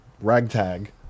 ragtag